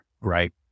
right